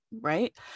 right